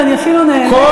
ואני אפילו נהנית,